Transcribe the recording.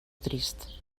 trist